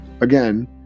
Again